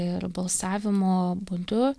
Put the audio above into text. ir balsavimo būdu